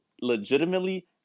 legitimately